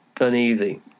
uneasy